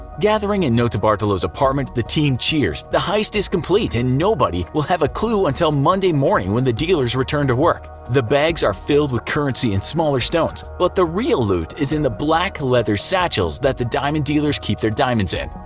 gathering in notarbartolo's apartment the team cheers the heist is complete and nobody will have a clue until monday morning when the dealers return to work. the bags are filled with currency and smaller stones, but the real loot is in the black leather satchels that the diamond dealers keep their diamonds in.